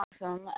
Awesome